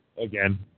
Again